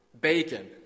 bacon